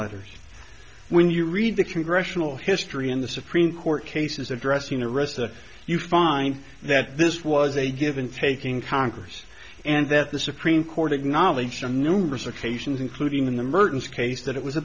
letters when you read the congressional history and the supreme court cases addressing the rest that you find that this was a given faith in congress and that the supreme court acknowledged on numerous occasions including in the merton's case that it was a